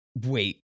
Wait